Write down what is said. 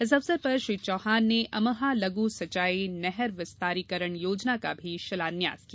इस अवसर पर श्री चौहान ने अमहा लघु सिंचाई नहर विस्तारीकरण योजना का भी शिलान्यास किया